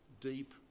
deep